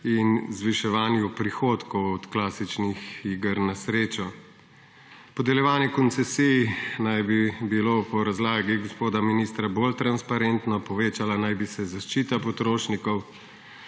in zviševanju prihodkov od klasičnih iger na srečo. Podeljevanje koncesij naj bi bilo po razlagi gospoda ministra bolj transparentno, povečala naj bi se zaščita potrošnikov,